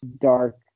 dark